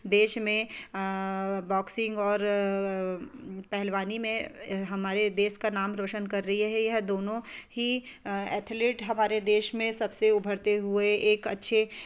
देस में बॉक्सिंग और पहलवानी में हमारे देश का नाम रोशन कर रही है यह दोनों ही एथलीट हमारे देश में सबसे उभरते हुए एक अच्छे